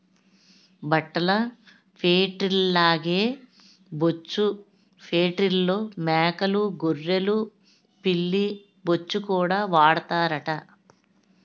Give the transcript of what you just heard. బట్టల ఫేట్రీల్లాగే బొచ్చు ఫేట్రీల్లో మేకలూ గొర్రెలు పిల్లి బొచ్చుకూడా వాడతారట